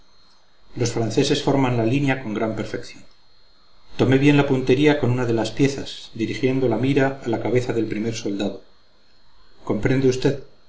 los franceses forman la línea con gran perfección tomé bien la puntería con una de las piezas dirigiendo la mira a la cabeza del primer soldado comprende usted